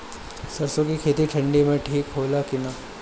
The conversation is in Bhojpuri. सरसो के खेती ठंडी में ठिक होला कि ना?